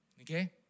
okay